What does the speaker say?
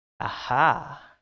Aha